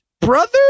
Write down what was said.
Brother